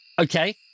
Okay